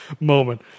moment